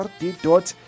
dot